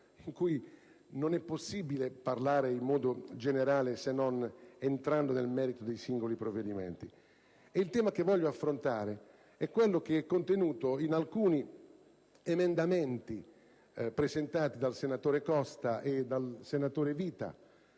per cui non è possibile parlare in modo generale, se non entrando nel merito delle singole disposizioni. Il tema che voglio affrontare è quello contenuto in alcuni emendamenti presentati dai senatori Costa e Vita,